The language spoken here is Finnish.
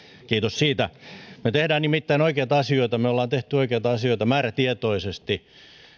kiitos siitä me teemme nimittäin oikeita asioita me olemme tehneet oikeita asioita määrätietoisesti